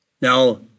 Now